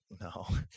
no